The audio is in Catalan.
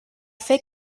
fer